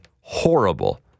horrible